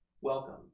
Welcome